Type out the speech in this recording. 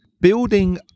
Building